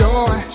Joy